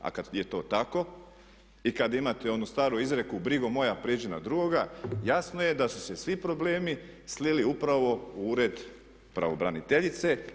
A kad je to tako i kad imate onu staru izreku brigo moja prijeđi na drugoga jasno je da su se svi problemi slili upravo u Ured pravobraniteljice.